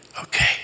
Okay